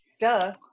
duh